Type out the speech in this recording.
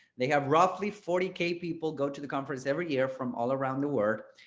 they have roughly forty k people go to the conference every year from all around the world.